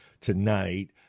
tonight